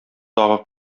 тагы